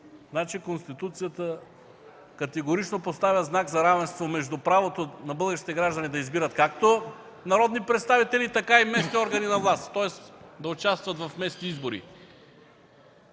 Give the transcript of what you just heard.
власт. Конституцията категорично поставя знак за равенство между правото на българските граждани да избират както народни представители, така и местни органи на власт, тоест да участват в местните избори.